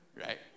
right